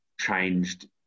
changed